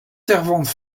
servante